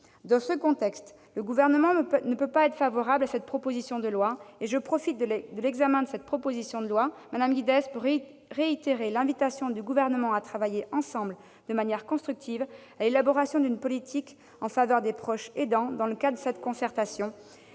Dans ce contexte, le Gouvernement ne peut pas être favorable à cette proposition de loi. Je profite de l'examen de ce texte pour réitérer, madame Guidez, l'invitation du Gouvernement à travailler ensemble, de manière constructive, à l'élaboration d'une politique globale en faveur des proches aidants dans le cadre de la concertation.